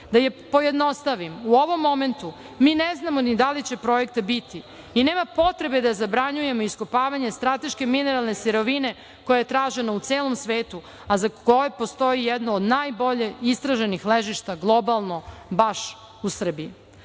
Da pojednostavim, u ovom momentu mi ne znamo ni da li će projekta biti i nema potrebe da zabranjujemo iskopavanje strateške mineralne sirovine koja je tražena u celom svetu, a za koju postoji jedna od najbolje istraženih ležišta globalno baš u Srbiji. Pozivam